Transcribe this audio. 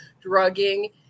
drugging